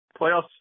playoffs